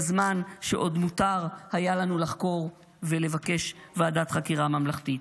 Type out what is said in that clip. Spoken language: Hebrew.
בזמן שעוד מותר היה לנו לחקור ולבקש ועדת חקירה ממלכתית.